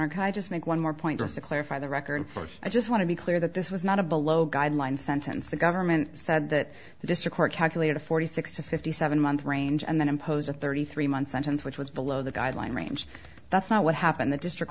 archive just make one more point just to clarify the record for i just want to be clear that this was not a below guideline sentence the government said that the district court calculated a forty six to fifty seven month range and then impose a thirty three month sentence which was below the guideline range that's not what happened the district